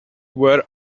wear